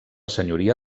senyoria